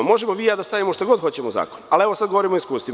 Možemo vi i ja da stavimo šta god hoćemo u zakon, ali evo sada govorimo o iskustvima.